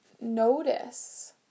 notice